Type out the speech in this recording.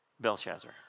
Belshazzar